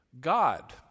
God